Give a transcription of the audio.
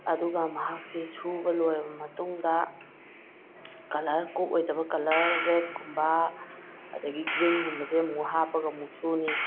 ꯑꯗꯨꯒ ꯃꯍꯥꯛꯁꯦ ꯁꯨꯕ ꯂꯣꯏꯔꯕ ꯃꯇꯨꯡꯗ ꯀꯂꯔ ꯀꯣꯛꯑꯣꯏꯗꯕ ꯀꯂꯔ ꯔꯦꯠꯀꯨꯝꯕ ꯑꯗꯒꯤ ꯒ꯭ꯔꯤꯟꯒꯨꯝꯕꯁꯦ ꯑꯃꯨꯛ ꯍꯥꯞꯄꯒ ꯑꯃꯨꯛ ꯁꯨꯅꯤ